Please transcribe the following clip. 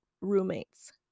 roommates